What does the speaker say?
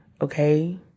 okay